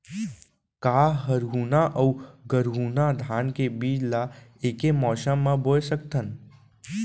का हरहुना अऊ गरहुना धान के बीज ला ऐके मौसम मा बोए सकथन?